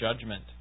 judgment